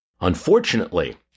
Unfortunately